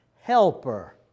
helper